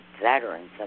veterans